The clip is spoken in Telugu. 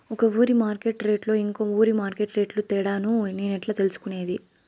ఒక ఊరి మార్కెట్ రేట్లు ఇంకో ఊరి మార్కెట్ రేట్లు తేడాను నేను ఎట్లా తెలుసుకునేది?